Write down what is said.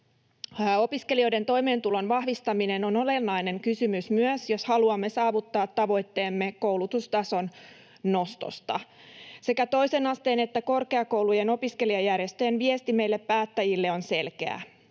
Opiskelijoiden toimeentulon vahvistaminen on olennainen kysymys myös, jos haluamme saavuttaa tavoitteemme koulutustason nostosta. Sekä toisen asteen että korkeakoulujen opiskelijajärjestöjen viesti meille päättäjille on selkeä: